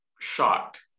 shocked